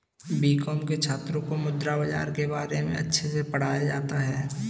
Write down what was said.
BCom के छात्रों को मुद्रा बाजार के बारे में अच्छे से पढ़ाया जाता है